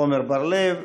עמר בר-לב,